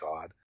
God